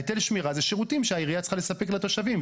היטל שמירה זה שירותים שהעירייה צריכה לספק לתושבים.